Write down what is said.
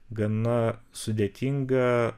gana sudėtinga